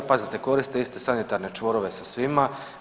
Pazite koriste iste sanitarne čvorove sa svima.